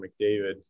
McDavid